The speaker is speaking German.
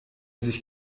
sich